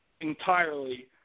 entirely